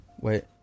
Wait